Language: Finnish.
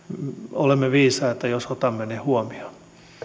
olemme viisaita jos otamme ne huomioon